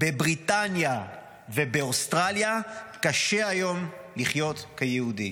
בבריטניה ובאוסטרליה קשה היום לחיות כיהודי.